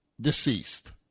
deceased